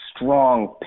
strong